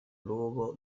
luogo